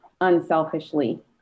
unselfishly